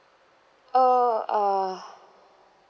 oh uh